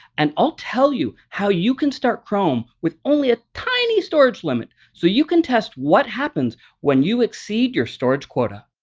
and i'll tell you how you can start chrome with only a tiny storage limit so you can test what happens when you exceed your storage quota.